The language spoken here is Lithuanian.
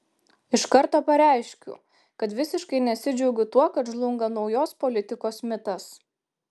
iš karto pareiškiu kad visiškai nesidžiaugiu tuo kad žlunga naujos politikos mitas